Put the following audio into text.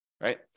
right